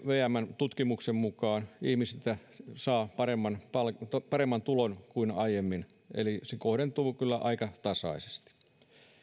vmn tutkimuksen mukaan yli seitsemänkymmentä prosenttia ihmisistä saa paremman paremman tulon kuin aiemmin eli se kohdentuu kyllä aika tasaisesti